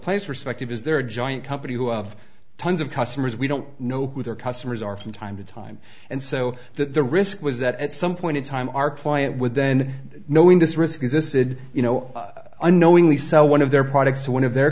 place perspective is there a joint company who of tons of customers we don't know who their customers are from time to time and so that the risk was that at some point in time our client would then knowing this risk existed you know unknowingly sell one of their products to one of their